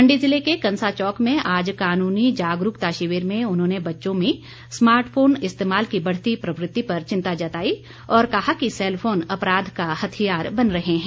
मण्डी जिले के कंसा चौक में आज कानूनी जागरूकता शिविर में उन्होंने बच्चों में स्मार्टफोन इस्तेमाल की बढ़ती प्रवृति पर चिंता जताई और कहा कि सैलफोन अपराध का हथियार बन रहे हैं